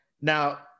Now